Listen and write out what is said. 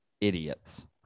idiots